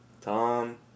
Tom